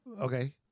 okay